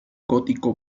gótico